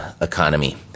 economy